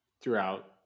throughout